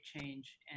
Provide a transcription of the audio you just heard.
change